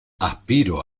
aspiro